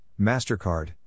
MasterCard